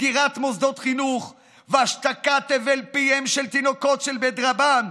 סגירת מוסדות חינוך והשתקת הבל פיהם של תינוקות של בית רבן,